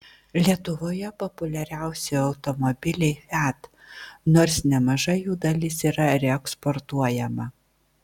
lietuvoje populiariausi automobiliai fiat nors nemaža jų dalis yra reeksportuojama